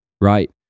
right